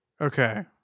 Okay